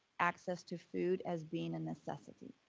access to food as being a necessity.